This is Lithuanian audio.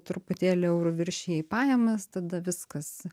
truputėlį euru viršijai pajamas tada viskas